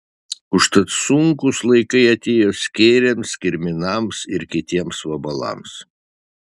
užtat sunkūs laikai atėjo skėriams kirminams ir kitiems vabalams